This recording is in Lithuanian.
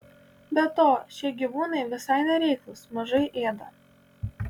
be to šie gyvūnai visai nereiklūs mažai ėda